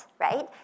Right